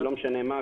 לא משנה מה,